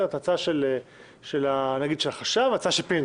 את זו של החשב ושל פינדרוס.